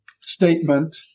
statement